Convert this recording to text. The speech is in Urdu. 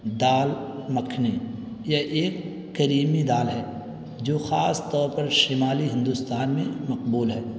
دال مکھنی یہ ایک کریمی دال ہے جو خاص طور پر شمالی ہندوستان میں مقبول ہے